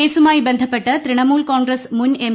കേസുമായി ബന്ധപ്പെട്ട് തൃണമുൽ കോൺഗ്രസ് മുൻ എം